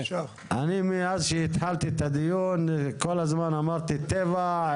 אז שהתחלתי את הדיון, כל הזמן אמרתי טבע,